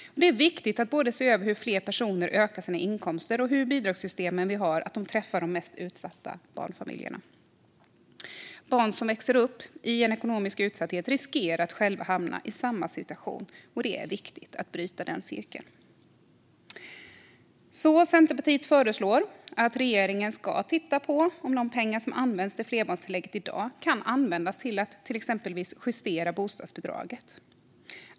Det är viktigt att se över både hur fler personer ökar sina inkomster och hur de bidragsystem vi har träffar de mest utsatta barnfamiljerna. Barn som växer upp i ekonomisk utsatthet riskerar att själva hamna i samma situation, och det är viktigt att bryta denna cirkel. Centerpartiet föreslår att regeringen ska titta på om de pengar som används till flerbarnstillägget i dag kan användas till att exempelvis justera bostadsbidraget.